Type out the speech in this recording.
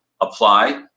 apply